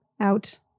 out